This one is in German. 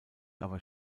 aber